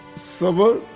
sabar.